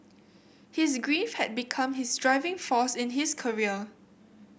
his grief had become his driving force in his career